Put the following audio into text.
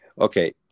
Okay